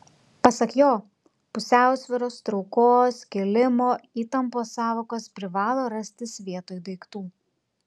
pasak jo pusiausvyros traukos kilimo įtampos sąvokos privalo rastis vietoj daiktų